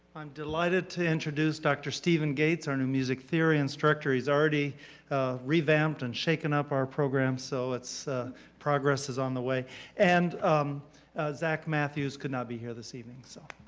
i'm delighted to introduce dr. steven gates, our new music theory instructor. he's already revamped and shaken up our programs so let's progress is on the way and zach matthews could not be here this evening, so.